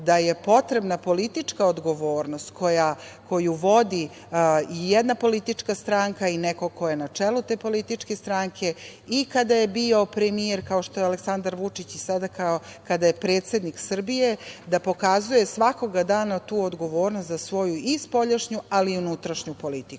da je potrebna politička odgovornost koju vodi jedna politička stranka i neko ko je na čelu te političke stranke i kada je bio premijer, kao što je Aleksandar Vučić, i sada kada je predsednik Srbije, da pokazuje svakoga dana tu odgovornost za svoju i spoljašnju, ali i unutrašnju politiku. Ona